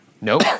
Nope